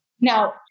Now